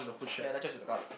ya that's just